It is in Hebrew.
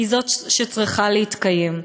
היא זאת שצריכה להתקיים.